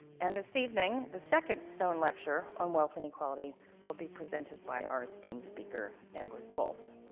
and this evening, the second stone lecture on wealth and equality will be presented by our esteemed speaker eduardo wolff.